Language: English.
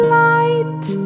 light